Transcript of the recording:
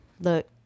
look